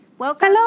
Welcome